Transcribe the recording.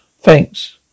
Thanks